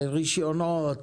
רישיונות,